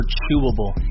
chewable